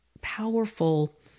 powerful